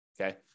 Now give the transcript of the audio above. okay